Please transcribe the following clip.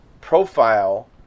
profile